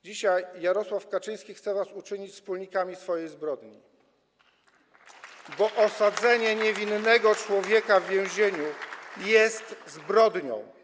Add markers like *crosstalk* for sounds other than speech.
Dzisiaj Jarosław Kaczyński chce was uczynić wspólnikami swojej zbrodni, *applause* bo osadzenie niewinnego człowieka w więzieniu jest zbrodnią.